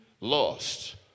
lost